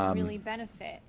um really benefit,